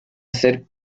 hacer